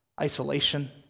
isolation